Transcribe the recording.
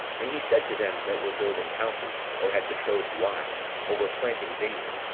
and he said to them that were building houses, or had betrothed wives, or were planting vineyards,